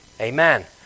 Amen